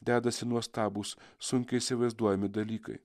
dedasi nuostabūs sunkiai įsivaizduojami dalykai